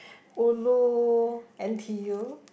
ulu N_T_U